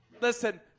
Listen